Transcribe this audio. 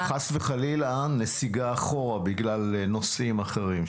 או, חס וחלילה, נסיגה אחורה בגלל נושאים אחרים?